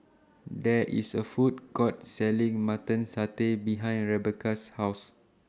There IS A Food Court Selling Mutton Satay behind Rebecca's House